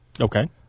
Okay